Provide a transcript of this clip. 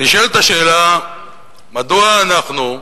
נשאלת השאלה מדוע אנחנו,